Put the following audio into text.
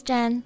Jen